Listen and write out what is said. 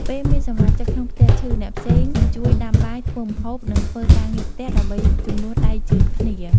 ពេលមានសមាជិកក្នុងផ្ទះឈឺ អ្នកផ្សេងជួយដាំបាយ ធ្វើម្ហូប និងធ្វើការងារផ្ទះ ដើម្បីជំនួសដៃជើងគ្នា។